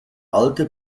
alte